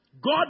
God